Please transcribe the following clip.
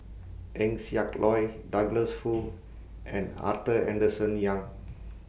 Eng Siak Loy Douglas Foo and Arthur Henderson Young